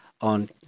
on